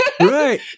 Right